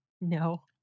no